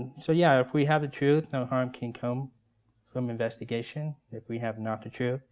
so yeah if we have the truth, no harm can come from investigation. if we have not the truth,